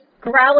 growling